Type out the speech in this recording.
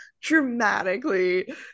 dramatically